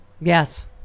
Yes